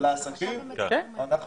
אנחנו במטרייה,